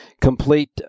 complete